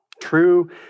True